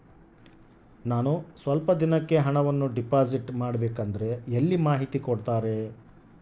ನಾನು ಸ್ವಲ್ಪ ದಿನಕ್ಕೆ ಹಣವನ್ನು ಡಿಪಾಸಿಟ್ ಮಾಡಬೇಕಂದ್ರೆ ಎಲ್ಲಿ ಮಾಹಿತಿ ಕೊಡ್ತಾರೆ?